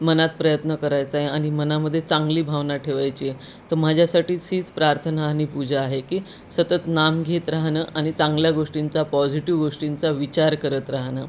मनात प्रयत्न करायचा आहे आणि मनामध्ये चांगली भावना ठेवायची आहे तर माझ्यासाठीच हीच प्रार्थना आणि पूजा आहे की सतत नाम घेत राहणं आणि चांगल्या गोष्टींचा पॉझिटिव गोष्टींचा विचार करत राहणं